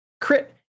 Crit